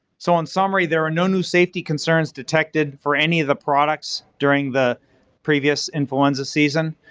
so, in summary, there are no new safety concerns detected for any of the products during the previous influenza season.